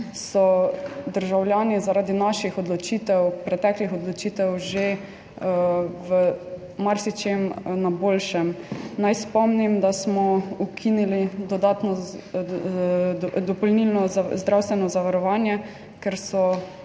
so državljani zaradi naših odločitev, preteklih odločitev že v marsičem na boljšem. Naj spomnim, da smo ukinili dopolnilno zdravstveno zavarovanje, ker so